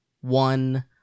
one